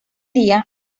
día